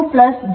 22 j0